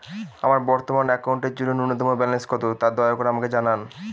আমার বর্তমান অ্যাকাউন্টের জন্য ন্যূনতম ব্যালেন্স কত, তা দয়া করে আমাকে জানান